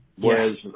whereas